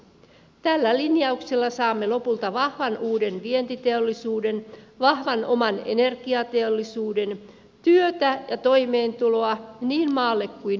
tällä linjauksella saamme lopulta vahvan uuden vientiteollisuuden vahvan oman energiateollisuuden sekä työtä ja toimeentuloa niin maalle kuin kaupunkeihinkin